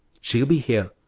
she'll be here,